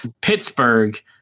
Pittsburgh